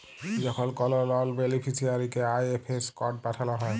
যখল কল লল বেলিফিসিয়ারিকে আই.এফ.এস কড পাঠাল হ্যয়